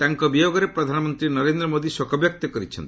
ତାଙ୍କ ବିୟୋଗରେ ପ୍ରଧାନମନ୍ତ୍ରୀ ନରେନ୍ଦ୍ର ମୋଦି ଶୋକବ୍ୟକ୍ତ କରିଛନ୍ତି